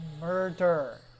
Murder